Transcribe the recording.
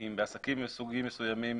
אם בעסקים מסוגים מסוימים